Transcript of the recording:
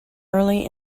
early